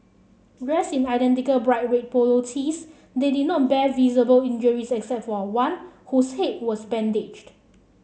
dressed in identical bright red polo tees they did not bear visible injuries except for one whose head was bandaged